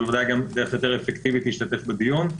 זו וודאי דרך יותר אפקטיבית להשתתף בדיון.